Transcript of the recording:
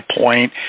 point